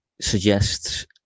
suggests